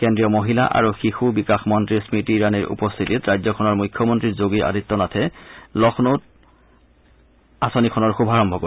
কেন্দ্ৰীয় মহিলা আৰু শিশু বিকাশ মন্ত্ৰী স্মৃতি ইৰাণীৰ উপস্থিতিত ৰাজ্যখনৰ মুখ্য মন্ত্ৰী যোগী আদিত্যনাথে লক্ষ্ণৌত আঁচনিখনৰ শুভাৰম্ভ কৰিব